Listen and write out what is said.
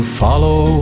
follow